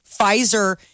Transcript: Pfizer